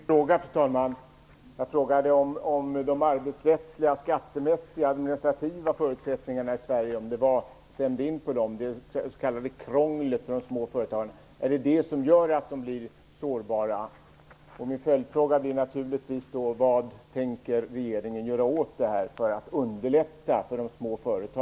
Fru talman! Det som sades här var inte riktigt ett svar på min fråga. Jag frågade om de arbetsrättsliga, skattemässiga och administrativa förutsättningarna i Sverige, det s.k. krånglet för små företagare. Är det sådant som gör att de blir sårbara?